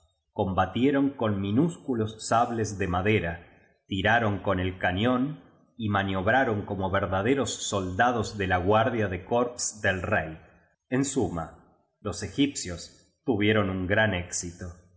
combatieron con minúsculos sables de madera tiraron con el cañón y maniobraron como verdaderos soldados de la guardia de corps del rey en suma los egip cios tuvieron un gran éxito pero